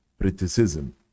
criticism